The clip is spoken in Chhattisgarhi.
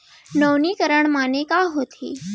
नवीनीकरण माने का होथे?